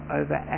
over